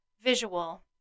visual